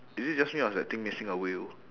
is it just me or is that thing missing a wheel